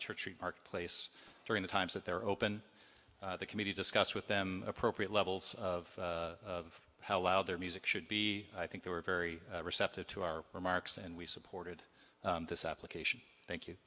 church park place during the times that they're open the committee discussed with them appropriate levels of how loud their music should be i think they were very receptive to our remarks and we supported this application thank you